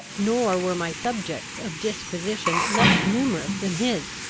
nor were my subjects of disquisition less numerous than his.